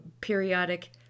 periodic